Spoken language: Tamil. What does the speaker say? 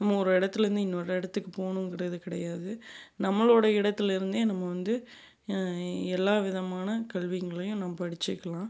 நம்ம ஒரு இடத்துலந்து இன்னொரு இடத்துக்கு போகணும்ங்கிறது கிடையாது நம்மளோடய இடத்துலிருந்தே நம்ம வந்து எல்லா விதமான கல்விங்களையும் நம்ப படிச்சுக்கலாம்